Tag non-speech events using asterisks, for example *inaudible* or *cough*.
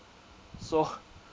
so *laughs*